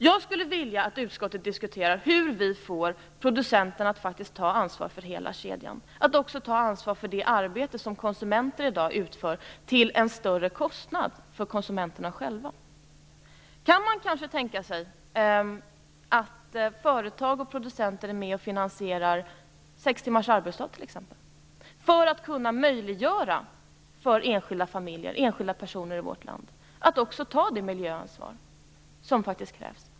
Jag skulle vilja att utskottet diskuterade hur man skall få producenterna att faktiskt ta ansvar för hela kedjan, också för det arbete som konsumenterna i dag utför till en större kostnad för dem själva. Kan man tänka sig att företag och producenter är med och finansierar t.ex. sex timmars arbetsdag för att möjliggöra för enskilda familjer och enskilda personer i vårt land att ta det miljöansvar som krävs?